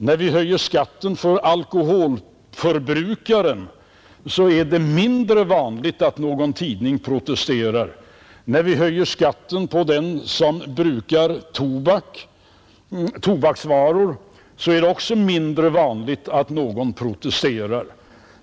När vi höjer skatten för alkoholförbrukare så är det mindre vanligt att någon tidning protesterar. När vi höjer skatten för dem som brukar tobaksvaror är det också mindre vanligt att någon protesterar.